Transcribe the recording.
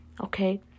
Okay